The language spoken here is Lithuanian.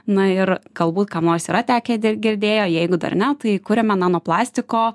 na ir galbūt kam nors yra tekę girdėjo jeigu dar ne tai kuriame nano plastiko